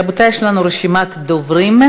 רבותי, יש לנו רשימת דוברים: